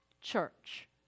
Church